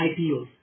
IPOs